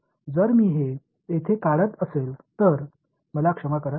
जर मी हे येथे काढत असेल तर मला क्षमा करा